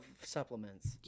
supplements